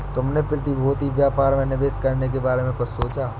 तुमने प्रतिभूति व्यापार में निवेश करने के बारे में कुछ सोचा?